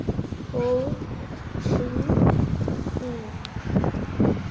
O T P